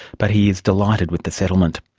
but he is delighted with the settlement.